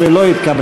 13 לא התקבלה.